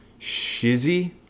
Shizzy